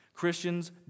Christians